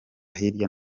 hirya